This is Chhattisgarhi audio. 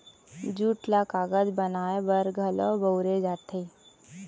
जूट ल कागज बनाए बर घलौक बउरे जाथे